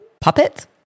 puppet